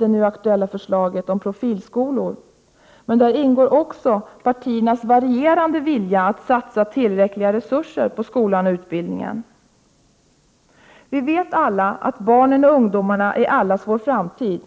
det nu aktuella förslaget om profilskolor, men där ingår också partiernas varierande vilja att satsa tillräckliga resurser på skolan och utbildningen. Vi vet alla att barnen och ungdomarna är allas vår framtid.